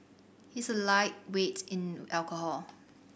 he is a lightweight in alcohol